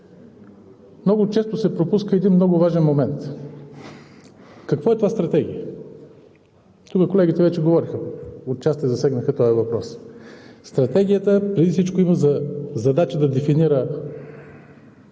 много често се пропуска един много важен момент: какво е това стратегия? Тук колегите вече говориха, отчасти засегнаха този въпрос. Стратегията преди всичко има за задача да дефинира